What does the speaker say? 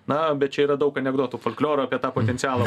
na bet čia yra daug anekdotų folkloro apie tą potencialą